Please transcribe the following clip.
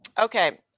Okay